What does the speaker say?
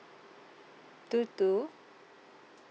two two